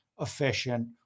efficient